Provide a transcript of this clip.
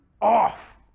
off